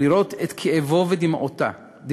לראות את כאבו ודמעותיו,